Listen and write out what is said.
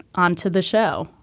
on to the show,